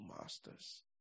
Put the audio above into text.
masters